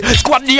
squad